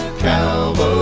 calvary